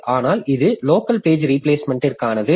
ஆனால் இது local page ரீபிளேஸ்மெண்ட்ற்கானது